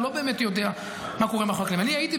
הוא לא באמת יודע מה קורה מאחורי הקלעים.